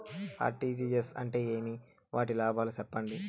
RTGS అంటే ఏమి? వాటి లాభాలు సెప్పండి?